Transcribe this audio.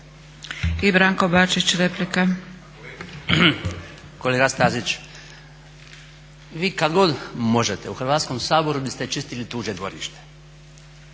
Branko (HDZ)** Kolega Stazić, vi kad god možete u Hrvatskom saboru biste čistili tuđe dvorište.